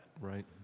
Right